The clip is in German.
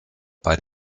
bei